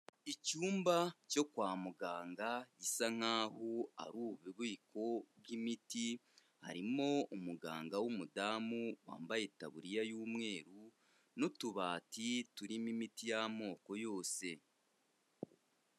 Icyumba cyo kwa muganga gisa nk'aho ari ububiko bw'imiti, harimo umuganga w'umudamu wambaye itaburiya y'umweru, n'utubati turimo imiti y'amoko yose.